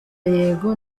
yego